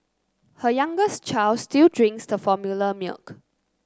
her youngest child still drinks the formula milk